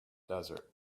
desert